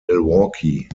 milwaukee